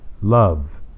Love